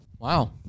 wow